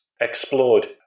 explored